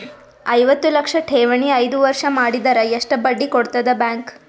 ಐವತ್ತು ಲಕ್ಷ ಠೇವಣಿ ಐದು ವರ್ಷ ಮಾಡಿದರ ಎಷ್ಟ ಬಡ್ಡಿ ಕೊಡತದ ಬ್ಯಾಂಕ್?